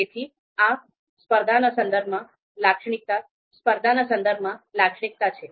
તેથી આ સ્પર્ધાના સંદર્ભમાં લાક્ષણિકતા છે